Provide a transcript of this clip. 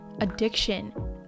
addiction